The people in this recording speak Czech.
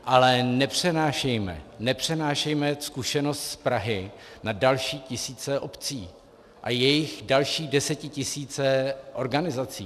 Ale nepřenášejme nepřenášejme zkušenost z Prahy na další tisíce obcí a jejich další desetitisíce organizací.